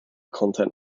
content